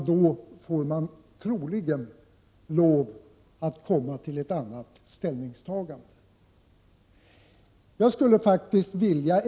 Då kommer man troligen att få göra ett annat ställningstagande.